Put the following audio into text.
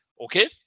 okay